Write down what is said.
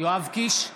יואב קיש,